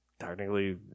technically